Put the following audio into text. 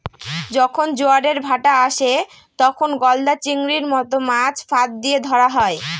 যখন জোয়ারের ভাঁটা আসে, তখন গলদা চিংড়ির মত মাছ ফাঁদ দিয়ে ধরা হয়